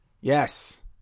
Yes